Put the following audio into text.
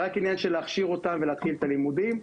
זה רק עניין של להכשיר אותם ולהתחיל את הלימודים.